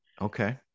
Okay